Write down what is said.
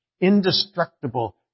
indestructible